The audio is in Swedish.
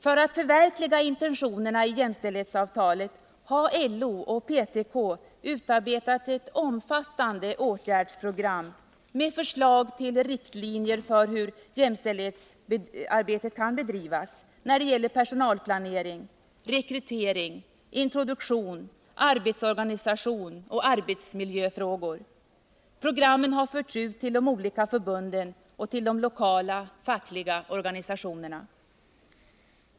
För att förverkliga intentionerna i jämställdhetsavtalet har LO och PTK utarbetat ett omfattande åtgärdsprogram med förslag till riktlinjer för hur jämställdhetsarbetet kan bedrivas när det gäller personalplanering, rekrytering, introduktion, arbetsorganisation och arbetsmiljöfrågor. Programmen har förts ut till de olika förbunden och de lokala fackliga organisationerna.